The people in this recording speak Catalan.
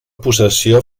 possessió